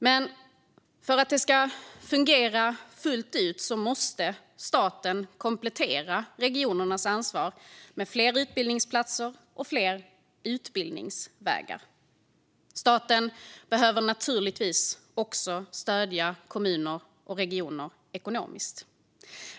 Men för att det ska fungera fullt ut måste staten komplettera regionernas ansvar med fler utbildningsplatser och fler utbildningsvägar. Staten behöver naturligtvis också stödja kommuner och regioner ekonomiskt.